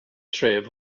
tref